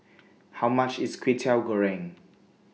How much IS Kwetiau Goreng